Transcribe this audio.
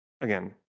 again